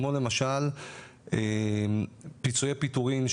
כמו למשל פיצויי פיטורין,